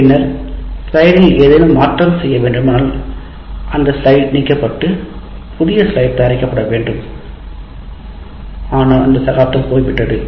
பின்னர் ஸ்லைடில் ஏதேனும் மாற்றம் செய்ய வேண்டுமானால் அந்த ஸ்லைடு நீக்கப்பட்டு புதிய ஸ்லைடு தயாரிக்கப்பட வேண்டும் ஆனால் அந்த சகாப்தம் போய்விட்டது